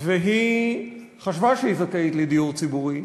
והיא חשבה שהיא זכאית לדיור ציבורי,